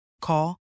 Call